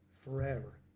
forever